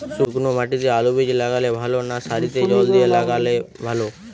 শুক্নো মাটিতে আলুবীজ লাগালে ভালো না সারিতে জল দিয়ে লাগালে ভালো?